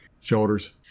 shoulders